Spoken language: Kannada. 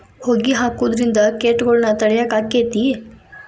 ಹೊಗಿ ಹಾಕುದ್ರಿಂದ ಕೇಟಗೊಳ್ನ ತಡಿಯಾಕ ಆಕ್ಕೆತಿ?